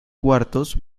cuartos